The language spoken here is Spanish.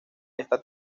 esta